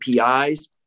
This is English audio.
APIs